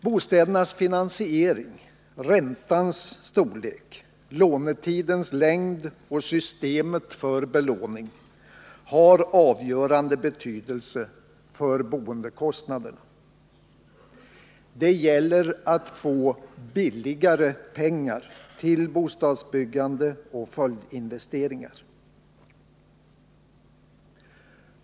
Bostädernas finansiering — räntans storlek, lånetidens längd och systemet för belåning — har avgörande betydelse för boendekostnaderna. Det gäller att få ”billigare” pengar till bostadsbyggande och följdinvesteringar.